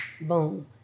boom